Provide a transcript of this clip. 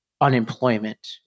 unemployment